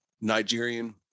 Nigerian